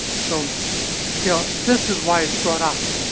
so yeah this is why it's brought up.